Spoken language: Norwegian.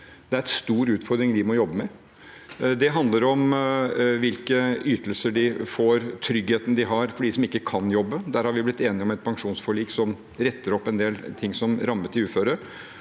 Det er en stor utfordring vi må jobbe med. Det handler om hvilke ytelser de får, tryggheten vi har for dem som ikke kan jobbe. Der har vi blitt enige om et pensjonsforlik som retter opp en del ting som rammet de uføre.